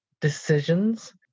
decisions